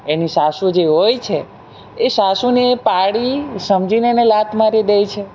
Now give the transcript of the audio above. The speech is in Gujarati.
એની સાસુ જે હોય છે એ સાસુને એ પાડી સમજીને એને લાત મારી દે છે